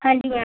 ਹਾਂਜੀ ਮੈਮ